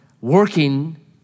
working